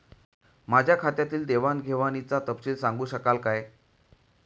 माझ्या खात्यातील देवाणघेवाणीचा तपशील सांगू शकाल काय?